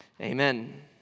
Amen